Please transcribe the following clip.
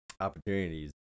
opportunities